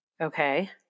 Okay